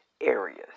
areas